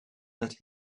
that